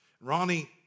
Ronnie